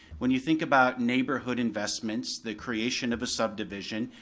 when you think about neighborhood investments, the creation of a subdivision,